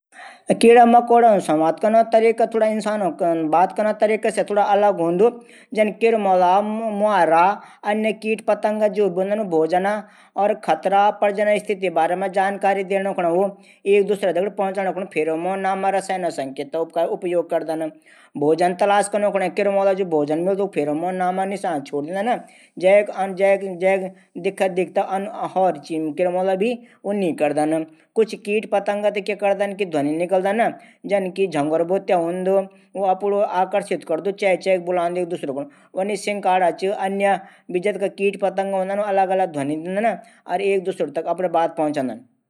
कीडा मकोडा संवाद कनो तरीका इंसानो बात कनो तरीका से अलग हूंदू। जन किरमूला मुवारा जतखा भी कीड पःतंगा छन भोजन प्रजन स्थिति बार मा जानकारी देणू कू ऊ फेरोमोन नाकम रसायनकू सकेंतो उपयोग करदन भोजन तलाश कनो कू ऊ फेरोमोन नामक रसायन छोडी दिनन। जैकि दिख दिख औरी कीडा भी उनी करदन कुछ कीट पंतंग त ध्वनि निकलदन जनखी झंगरूबुत्य हूंद अपडू तरफ बुलांदू चैहके ये तरह से ऊ अलग अलग ध्वनि दींदन